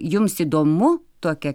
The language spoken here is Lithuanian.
jums įdomu tokia